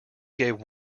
gave